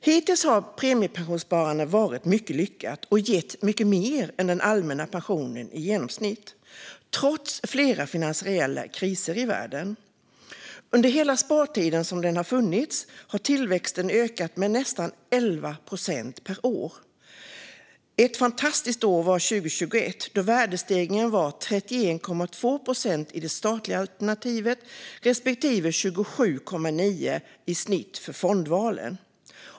Hittills har premiepensionssparande varit mycket lyckat och gett mycket mer än den allmänna pensionen i genomsnitt, trots flera finansiella kriser i världen. Under hela spartiden som den har funnits har tillväxten ökat med nästan 11 procent per år. Ett fantastiskt år var 2021 då värdestegringen var 31,2 procent i det statliga alternativet respektive 27,9 procent i snitt för fondvalen.